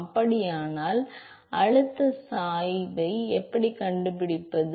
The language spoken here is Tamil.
அப்படியானால் அழுத்தச் சாய்வை எப்படிக் கண்டுபிடிப்பது